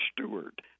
steward